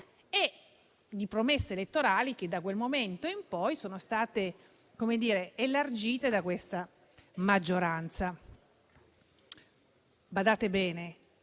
e di promesse elettorali che da quel momento in poi sono state elargite da questa maggioranza. Badate bene: